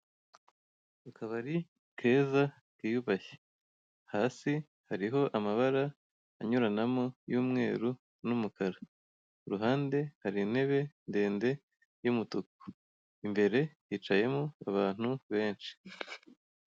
Akabari keza kiyubashye, hasi hariho amabara anyuranamo y'umweru n'umukara, ku ruhande hari intebe ndende y'umutuku, imbere hicayemo abantu benshi.